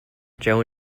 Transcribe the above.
joe